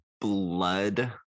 blood